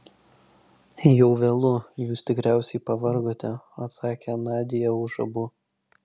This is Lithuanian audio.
jau vėlu jūs tikriausiai pavargote atsakė nadia už abu